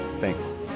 thanks